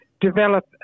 develop